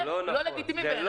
זה לא לגיטימי בעיניי בכלל.